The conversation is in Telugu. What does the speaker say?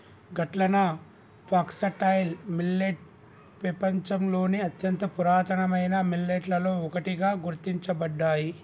గట్లన ఫాక్సటైల్ మిల్లేట్ పెపంచంలోని అత్యంత పురాతనమైన మిల్లెట్లలో ఒకటిగా గుర్తించబడ్డాయి